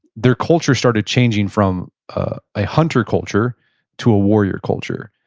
their culture started changing from ah a hunter culture to a warrior culture.